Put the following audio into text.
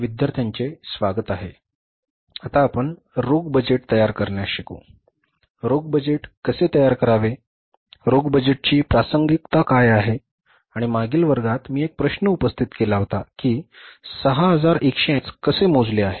विद्यार्थ्यांचे स्वागत आहे आता आपण रोख बजेट तयार करण्यास शिकू रोख बजेट कसे तयार करावे रोख बजेटची प्रासंगिकता काय आहे आणि मागील वर्गात मी एक प्रश्न उपस्थित केला होता की 6180 व्याज कसे मोजले आहे